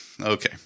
Okay